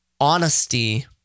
honesty